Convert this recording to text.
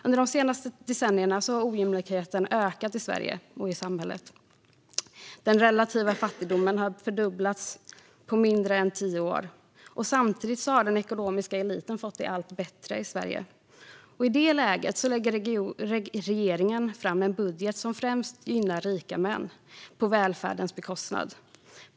Under de senaste decennierna har ojämlikheten ökat i Sverige och i samhället. Den relativa fattigdomen har fördubblats på mindre än tio år. Samtidigt har den ekonomiska eliten i Sverige fått det allt bättre. I det läget lägger regeringen fram en budget som främst gynnar rika män på välfärdens bekostnad.